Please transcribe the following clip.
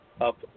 up